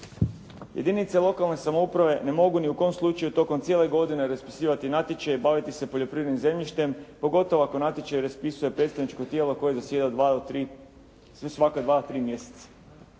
Jedinice lokalne samouprave ne mogu ni u kom slučaju tokom cijele godine raspisivati natječaj i baviti se poljoprivrednim zemljištem, pogotovo ako natječaj raspisuje predstavničko tijelo koje zasjeda svaka 2, 3 mjeseca.